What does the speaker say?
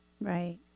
Right